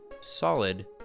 solid